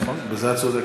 נכון, בזה את צודקת.